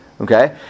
Okay